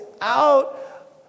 out